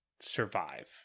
survive